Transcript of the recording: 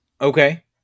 Okay